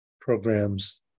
programs